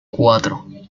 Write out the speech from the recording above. cuatro